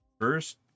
first